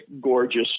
gorgeous